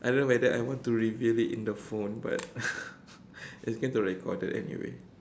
I don't know whether I want to reveal it in the phone but it's going to recorded anyway